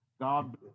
God